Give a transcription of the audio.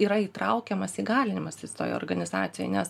yra įtraukiamas įgalinimas toj organizacijoj nes